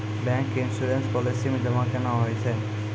Bank के insurance policy मे जमा केना होय छै?